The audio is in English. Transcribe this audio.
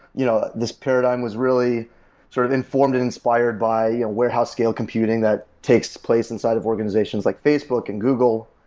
you know this paradigm was really sort of informed and inspired by and warehouse scale computing that takes place inside of organizations like facebook and google.